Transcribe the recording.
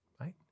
right